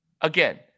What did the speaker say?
again